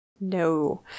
No